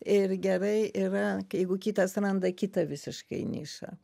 ir gerai yra jeigu kitas randa kitą visiškai nišą